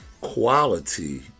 quality